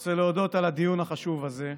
אני רוצה להודות על הדיון החשוב הזה.